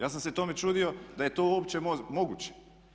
Ja sam se tome čudio da je to uopće moguće.